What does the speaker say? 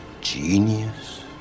genius